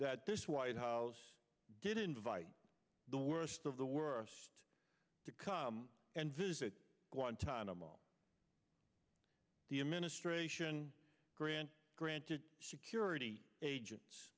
that this white house did invite the worst of the worst to come and visit guantanamo the administration grant granted security agents